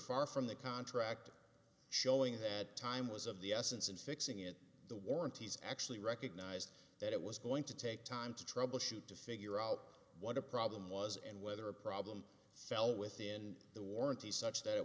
far from the contract showing that time was of the essence and fixing it the warranties actually recognized that it was going to take time to troubleshoot to figure out what the problem was and whether a problem cell within the warranty is such that it